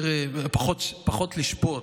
פחות לשפוט,